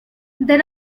there